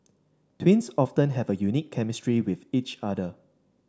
twins often have a unique chemistry with each other